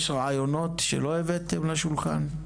יש רעיונות שלא הבאתם לשולחן?